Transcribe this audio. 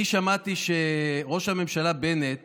אני שמעתי שראש הממשלה בנט